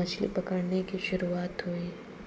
मछली पकड़ने की शुरुआत हुई